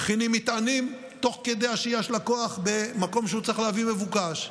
מכינים מטענים תוך כדי השהייה של הכוח במקום שבו הוא צריך להביא מבוקש,